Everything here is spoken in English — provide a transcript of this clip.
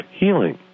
healing